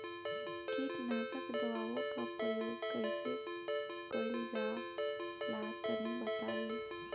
कीटनाशक दवाओं का प्रयोग कईसे कइल जा ला तनि बताई?